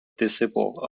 disciple